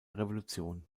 revolution